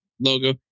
logo